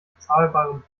bezahlbarem